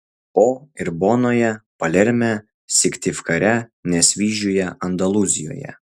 o ir bonoje palerme syktyvkare nesvyžiuje andalūzijoje